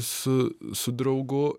su su draugu